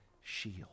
shield